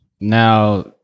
Now